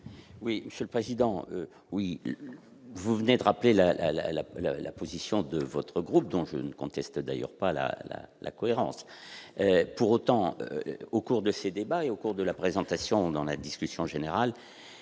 Oui, Monsieur le Président, oui, vous venez de rappeler la la la la la position de votre groupe, dont je ne conteste d'ailleurs pas la la cohérence pour autant au cours de ces débats et au cours de la présentation dans la discussion générale,